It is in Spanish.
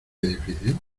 edificio